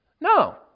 No